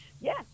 Yes